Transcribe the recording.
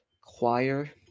choir